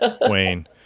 Wayne